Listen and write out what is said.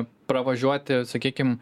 pravažiuoti sakykim